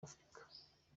afrika